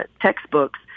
textbooks